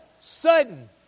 sudden